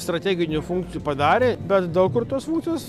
strateginių funkcijų padarė bet daug kur tos funckijos